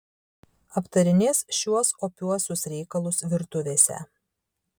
aptarinės šiuos opiuosius reikalus virtuvėse